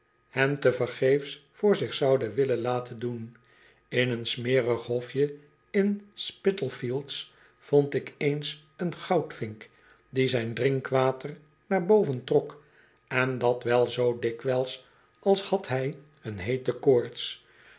hen tevergeefs voor zich zouden willen laten doen in een smerig hofje in spitalfields vond ik eens een goudvink die zijn drinkwater naar boven trok en dat wel zoo dikwijls als had hij een heete koorts